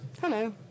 Hello